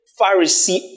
Pharisee